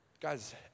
guys